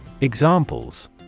Examples